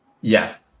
Yes